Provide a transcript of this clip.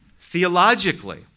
theologically